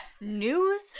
News